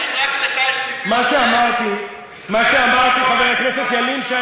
מה עם הציפיות שלהם ממך, השר אקוניס?